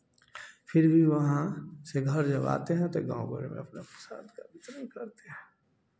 फिर भी वहाँ से घर जब आते हैं तो गाँव